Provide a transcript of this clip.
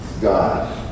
God